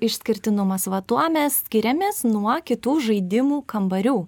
išskirtinumas va tuo mes skiriamės nuo kitų žaidimų kambarių